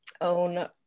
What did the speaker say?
own